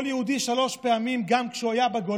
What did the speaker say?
כל יהודי, שלוש פעמים, גם כשהוא היה בגולה,